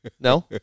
No